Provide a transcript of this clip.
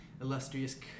illustrious